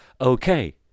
okay